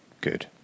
good